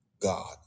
God